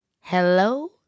Hello